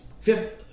fifth